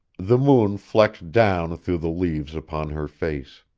the moon flecked down through the leaves upon her face.